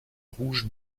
rouge